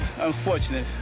unfortunate